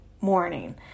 morning